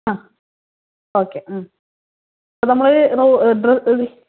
okay നമ്മളോര്